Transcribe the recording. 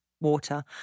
water